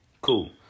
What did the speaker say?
cool